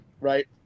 right